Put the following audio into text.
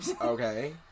okay